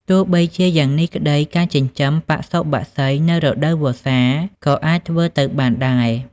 ទោះបីជាយ៉ាងនេះក្តី ការចិញ្ចឹមបសុបក្សីនៅរដូវវស្សាក៏អាចធ្វើទៅបានដែរ។